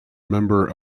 member